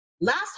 Last